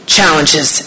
challenges